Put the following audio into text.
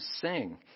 sing